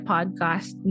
Podcast